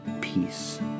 peace